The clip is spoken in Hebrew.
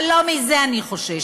אבל לא מזה אני חוששת.